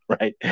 right